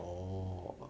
orh